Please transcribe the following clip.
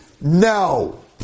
No